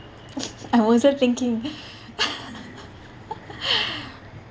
I wasn't thinking